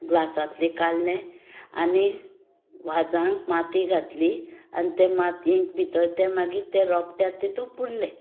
ग्लासांतलें काडलें आनी वाझान माती घातली आनी ते मातयेन भितर ते मागीर त्या रोपट्याक तातूंत पुरलें